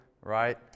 right